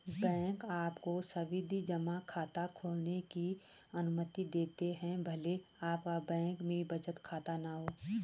bank आपको सावधि जमा खाता खोलने की अनुमति देते हैं भले आपका बैंक में बचत खाता न हो